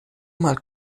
mal